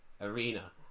Arena